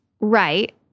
Right